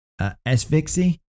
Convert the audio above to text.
Svixi